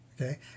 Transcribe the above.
okay